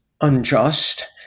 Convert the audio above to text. unjust